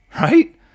right